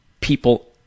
people